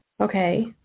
Okay